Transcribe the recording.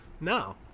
No